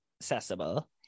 accessible